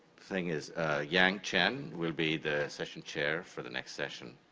thing is yang chen will be the session chair for the next session.